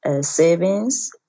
Savings